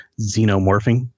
xenomorphing